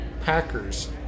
Packers